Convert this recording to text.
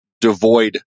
devoid